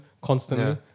constantly